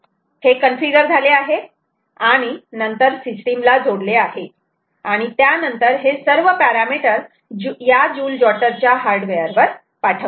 हे कन्फिगर झाले आहे आणि नंतर सिस्टिम ला जोडले आहे आणि त्यानंतर हे सर्व पॅरामिटर या जुल जॉटर च्या हार्डवेअर वर पाठवते